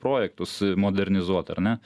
projektus modernizuot ar ne